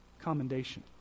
commendation